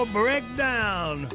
breakdown